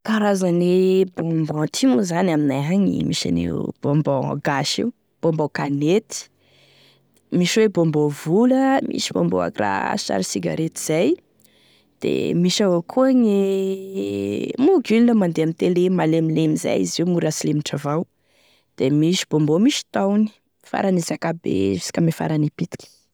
Karazany e bonbon ty moa zany, aminay agny misy an'io bonbon gasy io, e bonbon kanety, misy hoe bonbon vola, misy bonbon akoa raha sary cigarette zay, da misy avao koa gne mogule mandeha ame télé, malemilemy zay izy io mora asilemitry avao, de misy e bonbon misy tahony farane zakabe jusqu'à ame farane pitiky.